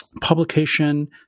publication